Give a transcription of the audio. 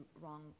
wrong